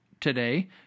today